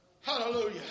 Hallelujah